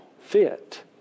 fit